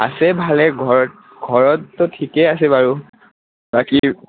আছে ভালে ঘৰত ঘৰততো ঠিকেই আছে বাৰু বাকী